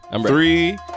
Three